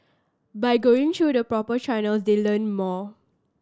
by going through the proper channels they learn more